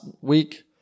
week